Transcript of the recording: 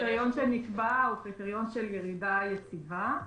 הקריטריון שנקבע הוא קריטריון של ירידה יציבה,